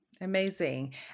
Amazing